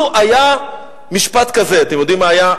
לו היה משפט כזה, אתם יודעים מה היה?